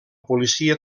policia